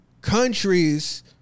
countries